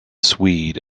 swede